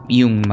yung